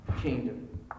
kingdom